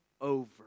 over